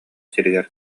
сиригэр